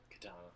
Katana